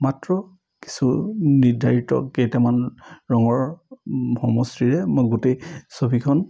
মাত্ৰ কিছু নিৰ্ধাৰিত কেইটামান ৰঙৰ সমষ্টিৰে মই গোটেই ছবিখন